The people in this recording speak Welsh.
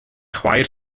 chwaer